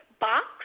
box